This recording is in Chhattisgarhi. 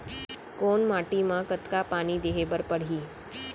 कोन माटी म कतका पानी देहे बर परहि?